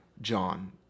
John